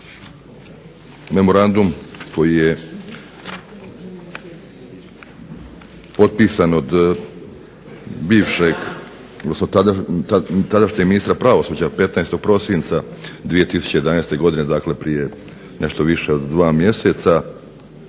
memorandum koji je potpisan od bivšeg odnosno tadašnjeg ministra pravosuđa 15. prosinca 2011.godine, dakle prije nešto više od dva mjeseca